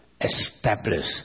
establish